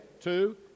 Two